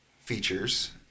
features